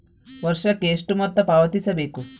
ವರ್ಷಕ್ಕೆ ಎಷ್ಟು ಮೊತ್ತ ಪಾವತಿಸಬೇಕು?